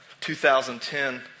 2010